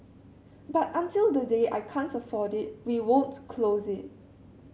but until the day I can't afford it we won't close it